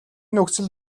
нөхцөл